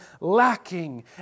lacking